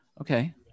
Okay